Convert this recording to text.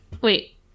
Wait